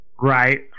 Right